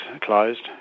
closed